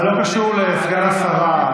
זה לא קשור לסגן השרה,